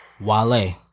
Wale